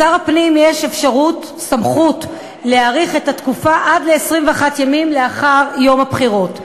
לשר הפנים יש סמכות להאריך את התקופה עד ל-21 ימים לאחר יום הבחירות.